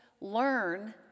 learn